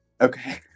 Okay